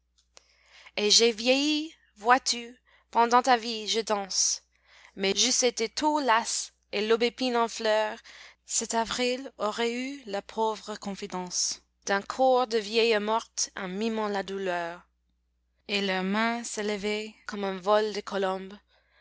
et j'ai vieilli vois-tu pendant ta vie je danse mais j'eusse été tôt lasse et l'aubépine en fleurs cet avril aurait eu la pauvre confidence d'un corps de vieille morte en mimant la douleur et leurs mains s'élevaient comme un vol de colombes